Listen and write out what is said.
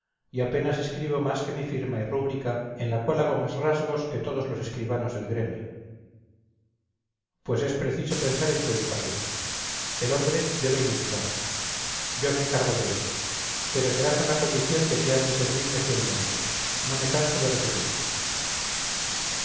y apenas escribo más que mi firma y rúbrica en la cual hago más rasgos que todos los escribanos del gremio pues es preciso pensar en tu educación el hombre debe ilustrarse yo me encargo de eso pero será con la condición de que ha de servirme fielmente no me canso de repetírtelo